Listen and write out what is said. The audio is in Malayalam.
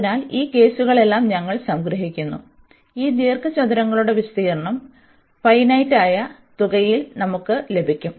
അതിനാൽ ഈ കേസുകളെല്ലാം ഞങ്ങൾ സംഗ്രഹിക്കുന്നു അതിനാൽ ഈ ദീർഘചതുരങ്ങളുടെ വിസ്തീർണ്ണം ഫിനിറ്റായ തുകയിൽ നമുക്ക് ലഭിക്കും